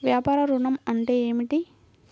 వ్యాపార ఋణం అంటే ఏమిటి?